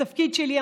התפקיד שלי,